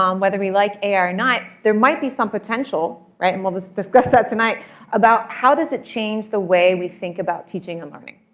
um whether we like ai or not, there might be some potential and we'll just discuss that tonight about how does it change the way we think about teaching and learning?